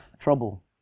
trouble